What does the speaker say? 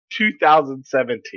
2017